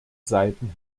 seiten